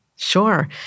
Sure